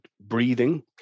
breathing